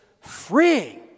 freeing